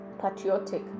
patriotic